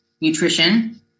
nutrition